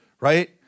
right